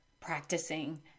practicing